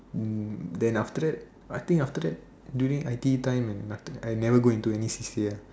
um then after that I think after that during I_T_E time and after that I never go into any C_C_A ah